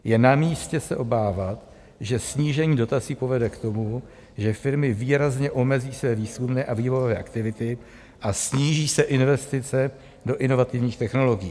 Je namístě se obávat, že snížení dotací povede k tomu, že firmy výrazně omezí své výzkumné a vývojové aktivity a sníží se investice do inovativních technologií.